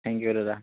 thank you দাদা